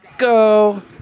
go